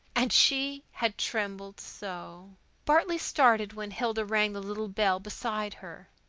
and she had trembled so bartley started when hilda rang the little bell beside her.